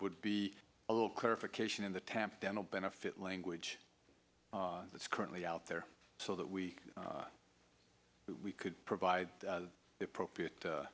would be a little clarification in the tampa dental benefit language that's currently out there so that we we could provide appropriate